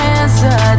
answer